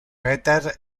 peter